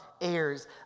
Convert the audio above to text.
heirs